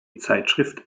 zeitschrift